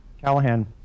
Callahan